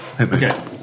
Okay